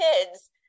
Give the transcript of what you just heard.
kids